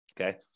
Okay